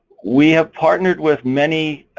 we have partnered with many.